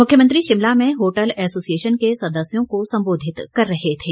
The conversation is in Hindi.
मुख्यमंत्री शिमला में होटल एसोसिएशन के सदस्यों को संबोधित कर रहे थे